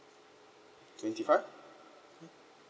twenty five